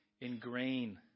ingrain